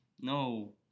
no